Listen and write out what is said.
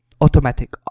automatic